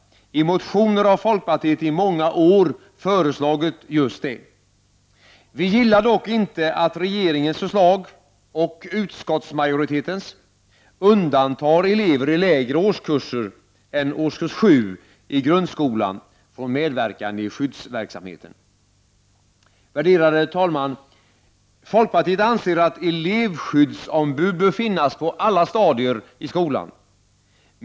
I motioner har folkpartiet i många år föreslagit just det. Vi gillar dock inte att regeringens — och utskottsmajoritetens — förslag undantar elever i lägre årskurser än årskurs 7 i grundskolan från medverkan i skyddsverksamheten. Värderade talman! Folkpartiet anser att elevskyddsombud bör finnas på alla stadier i skolan.